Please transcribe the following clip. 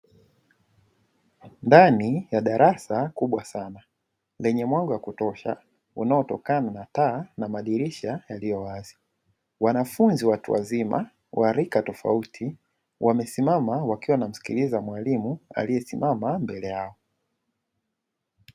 Ndani ya darasa kubwa sana, lenye mwanga wa kutosha unaotokana na mataa na madirisha yaliyo wazi, wanafunzi watu wazima wa lika tofauti wamesimama wakiwa wanamsikiliza mwalimu aliyesimama mbele yao.